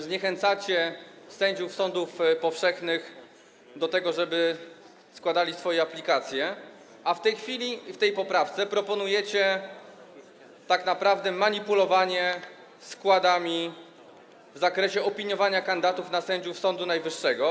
Zniechęcacie sędziów sądów powszechnych do tego, żeby składali swoje aplikacje, a w tej chwili w tej poprawce proponujecie tak naprawdę manipulowanie składami w zakresie opiniowania kandydatów na sędziów Sądu Najwyższego.